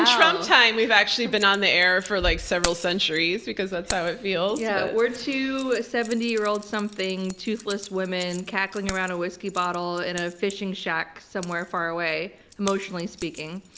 in trump time we've actually been on the air for like several centuries, because that's how it feels. yeah, we're two seventy year old something toothless women cackling around a whiskey bottle in a fishing shack somewhere far away, emotionally speaking.